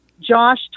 Josh